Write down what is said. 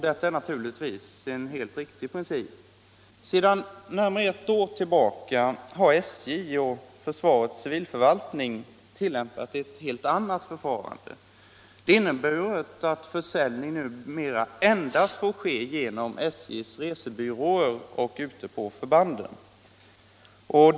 Detta är naturligtvis en helt riktig princip. Sedan närmare ett år tillbaka har SJ och försvarets civilförvaltning tillämpat ett helt annat förfarande. Det innebär att försäljning numera endast får ske genom SJ:s resebyråer och ute på förbanden.